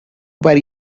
were